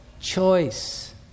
choice